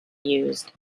used